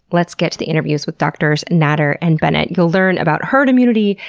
let's get to the interviews with doctors natter and bennett. we'll learn about herd immunity,